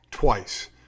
Twice